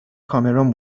کامرون